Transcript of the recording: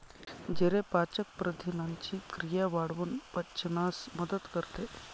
जिरे पाचक प्रथिनांची क्रिया वाढवून पचनास मदत करते